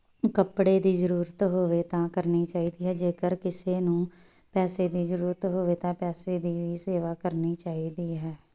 ਕੱਪੜੇ ਦੀ ਜ਼ਰੂਰਤ ਹੋਵੇ ਤਾਂ ਕਰਨੀ ਚਾਹੀਦੀ ਹੈ ਜੇਕਰ ਕਿਸੇ ਨੂੰ ਪੈਸੇ ਦੀ ਜ਼ਰੂਰਤ ਹੋਵੇ ਤਾਂ ਪੈਸੇ ਦੀ ਵੀ ਸੇਵਾ ਕਰਨੀ ਚਾਹੀਦੀ ਹੈ